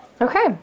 Okay